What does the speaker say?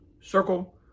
Circle